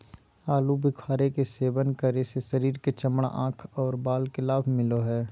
आलू बुखारे के सेवन करे से शरीर के चमड़ा, आंख आर बाल के लाभ मिलो हय